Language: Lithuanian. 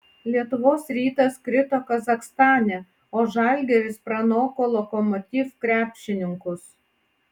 lietuvos rytas krito kazachstane o žalgiris pranoko lokomotiv krepšininkus